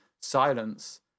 silence